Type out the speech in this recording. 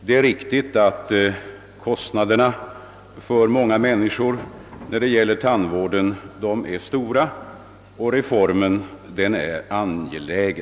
Det är riktigt att många människor har stora kostnader för tandvård och reformen är viktig.